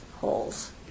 holes